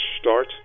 start